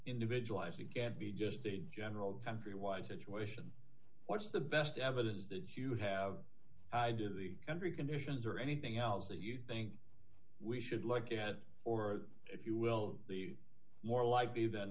individualized it can't be just a general countrywide situation what's the best evidence that you have to the country conditions or anything else that you think we should look at or if you will the more likely than